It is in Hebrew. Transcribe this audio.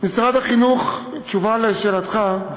תשובה על שאלתך,